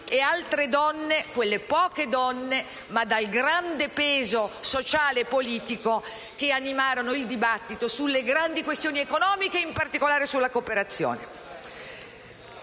da altre donne (quelle poche donne, ma dal grande peso sociale e politico, che animarono il dibattito sulle grandi questioni economiche e in particolare sulla cooperazione).